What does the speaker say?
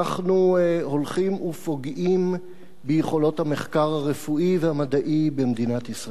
אנחנו הולכים ופוגעים ביכולות המחקר הרפואי והמדעי במדינת ישראל.